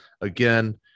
Again